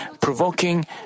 provoking